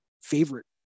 favorite